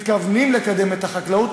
מתכוונים לקדם את החקלאות,